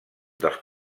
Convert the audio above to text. dels